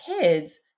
kids